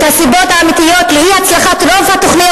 את הסיבות האמיתיות לאי-הצלחת רוב התוכניות